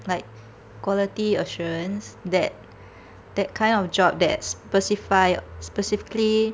like quality assurance that that kind of job that specify specifically